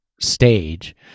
stage